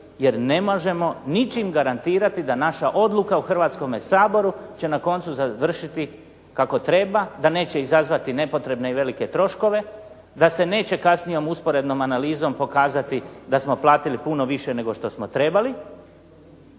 jer ne možemo ničim garantirati da naša odluka u Hrvatskome saboru će na koncu završiti kako treba, da neće izazvati nepotrebne i velike troškove, da se neće kasnijom usporednom analizom pokazati da smo platili puno više nego što smo trebali